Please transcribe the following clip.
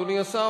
אדוני השר,